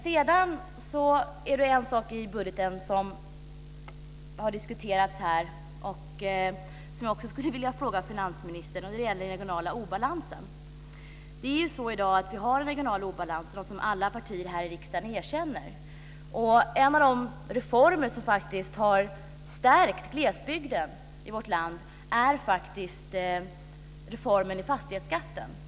Det finns också en annan sak i budgeten som har diskuterats här och som jag skulle vilja fråga finansministern om. Det gäller den regionala obalansen. I dag har vi ju en regional obalans, något som alla partier här i riksdagen erkänner. En av de reformer som faktiskt har stärkt glesbygden i vårt land är reformen i fastighetsskatten.